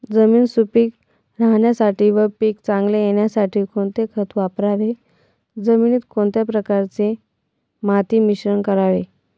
जमीन सुपिक राहण्यासाठी व पीक चांगले येण्यासाठी कोणते खत वापरावे? जमिनीत कोणत्या प्रकारचे माती मिश्रण करावे?